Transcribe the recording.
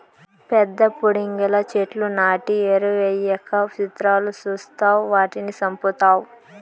పెద్ద పుడింగిలా చెట్లు నాటి ఎరువెయ్యక సిత్రాలు సూస్తావ్ వాటిని సంపుతావ్